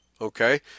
okay